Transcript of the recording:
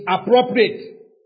appropriate